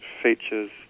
features